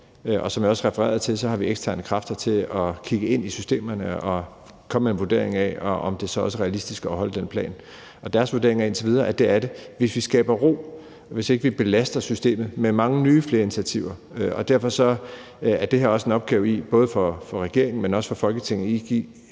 vi. Som jeg også refererede til, har vi eksterne kræfter til at kigge ind i systemerne og komme med en vurdering af, om det så også er realistisk at holde den plan. Deres vurdering er indtil videre, at det er det, hvis vi skaber ro og ikke belaster systemet med mange nye initiativer. Og derfor er der her også en opgave i – både for regeringen, men også for Folketinget – ikke